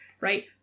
right